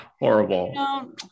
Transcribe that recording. Horrible